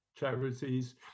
Charities